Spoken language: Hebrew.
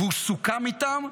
והוא סוכם איתם.